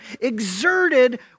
exerted